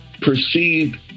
perceived